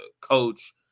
coach